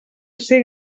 ser